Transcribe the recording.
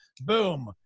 boom